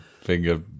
finger